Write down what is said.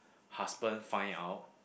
husband find out